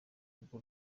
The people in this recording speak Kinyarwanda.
rugo